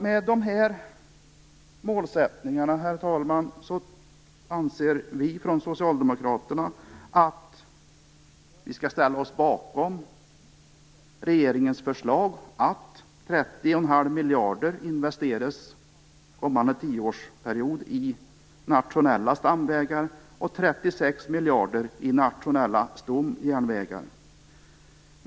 Med dessa målsättningar anser vi från Socialdemokraterna att vi skall ställa oss bakom regeringens förslag att 30 1⁄2 miljarder investeras kommande tioårsperiod i nationella stamvägar och 36 miljarder i nationella stomjärnvägar.